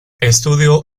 estudió